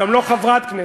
גם לא חברת כנסת,